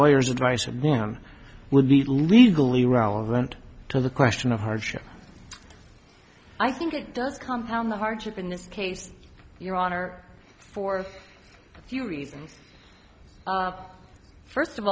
lawyers advice again would be legally relevant to the question of hardship i think it does compound the hardship in this case your honor for a few reasons first of